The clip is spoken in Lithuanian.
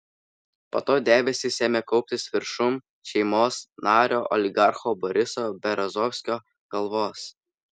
po to debesys ėmė kauptis viršum šeimos nario oligarcho boriso berezovskio galvos